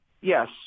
Yes